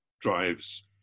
drives